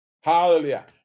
Hallelujah